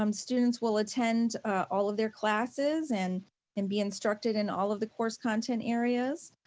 um students will attend all of their classes and and be instructed in all of the course content areas.